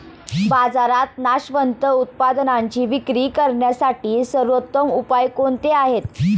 बाजारात नाशवंत उत्पादनांची विक्री करण्यासाठी सर्वोत्तम उपाय कोणते आहेत?